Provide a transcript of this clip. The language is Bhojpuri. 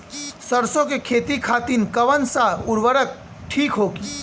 सरसो के खेती खातीन कवन सा उर्वरक थिक होखी?